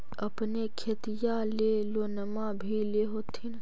अपने खेतिया ले लोनमा भी ले होत्थिन?